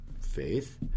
faith